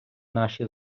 наші